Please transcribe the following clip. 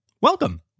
welcome